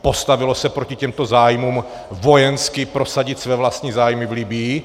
Postavilo se proti těmto zájmům, vojensky prosadit své vlastní zájmy v Libyi?